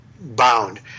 bound